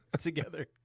together